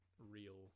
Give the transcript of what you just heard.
real